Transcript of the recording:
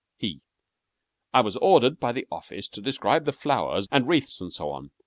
he i was ordered by the office to describe the flowers, and wreaths, and so on,